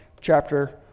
chapter